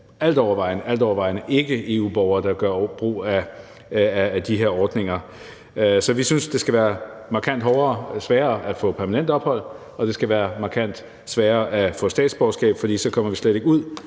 altovervejende ikke-EU-borgere, der gør brug af de her ordninger. Så vi synes, det skal være markant sværere at få permanent ophold, og det skal være markant sværere at få statsborgerskab, for så kommer vi slet ikke ud